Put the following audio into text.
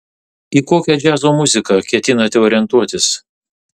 į kokią džiazo muziką ketinate orientuotis